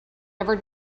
never